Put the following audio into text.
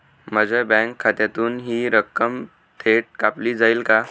माझ्या बँक खात्यातून हि रक्कम थेट कापली जाईल का?